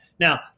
Now